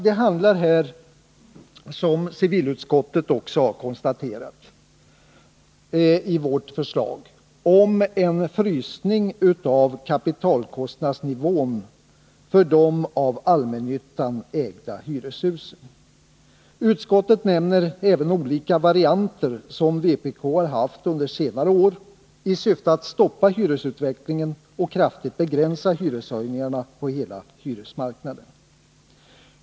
Det handlar i vårt förslag — som civilutskottet också har konstaterat — om en frysning av kapitalkostnadsnivån för de av allmännyttan ägda hyreshusen. Utskottet nämner även olika varianter som vpk föreslagit under senare år i syfte att stoppa hyresutvecklingen och kraftigt begränsa hyreshöjningarna på hela hyresmarknaden.